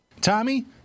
Tommy